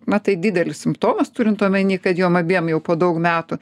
na tai didelis simptomas turint omeny kad jom abiem jau po daug metų